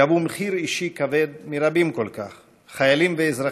גבו מחיר אישי כבד מרבים כל כך, חיילים ואזרחים,